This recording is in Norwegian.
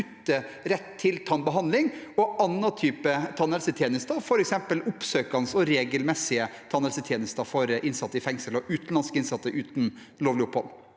akutt tannbehandling og andre typer tannhelsetjenester, f.eks. oppsøkende og regelmessige tannhelsetjenester, mellom innsatte i fengsel og utenlandske innsatte uten lovlig opphold?